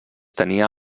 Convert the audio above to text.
tenia